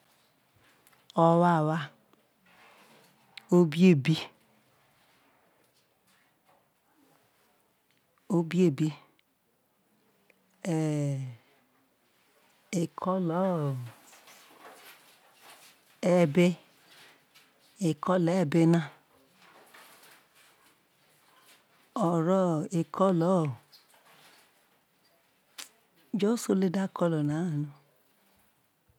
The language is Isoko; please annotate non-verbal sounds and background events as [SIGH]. O̠wawa obiobi [HESITATION] e ko̠lo̠ ebe eko̠lo̠ ebe na ero̠ o̠o̠o̠ just only that colour